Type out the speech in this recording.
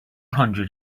hundred